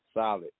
solid